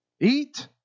eat